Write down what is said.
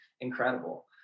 incredible